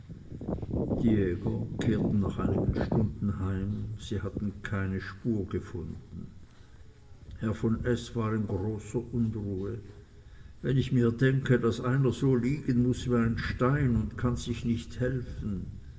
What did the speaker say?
kehrten nach einigen stunden heim sie hatten keine spur gefunden herr von s war in großer unruhe wenn ich mir denke daß einer so liegen muß wie ein stein und kann sich nicht helfen